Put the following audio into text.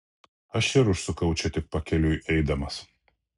aš ir užsukau čia tik pakeliui eidamas